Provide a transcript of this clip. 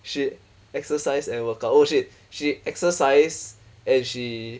she exercise and workout oh shit she exercise and she